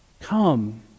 come